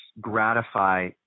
gratify